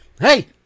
hey